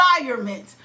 environment